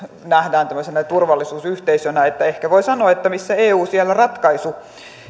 nähdään tämmöisenä turvallisuusyhteisönä ehkä voi sanoa että missä eu siellä ratkaisu